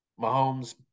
Mahomes